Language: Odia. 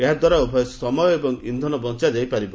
ଏହାଦ୍ୱାରା ଉଭୟ ସମୟ ଏବଂ ଇକ୍ଷନ ବଞାଯାଇ ପାରିବ